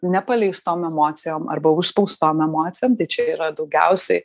nepaleistom emocijom arba užspaustom emocijom tai čia yra daugiausiai